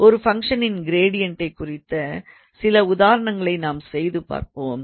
ஒரு ஃபங்க்ஷனின் க்ரேடியன்ட்டை குறித்த சில உதாரணங்களை நாம் செய்து பார்ப்போம்